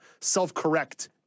self-correct